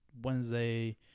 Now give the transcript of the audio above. Wednesday